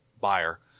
buyer